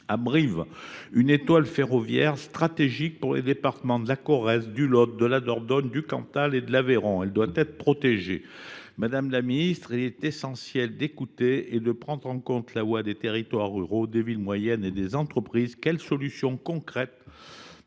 Gaillarde, une étoile ferroviaire stratégique pour les départements de la Corrèze, du Lot, de la Dordogne, du Cantal et de l’Aveyron. Elle doit être protégée. Madame la ministre, il est essentiel d’écouter et de prendre en compte la voix des territoires ruraux, des villes moyennes et des entreprises. Quelles solutions concrètes